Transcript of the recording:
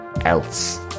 else